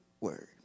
word